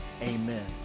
Amen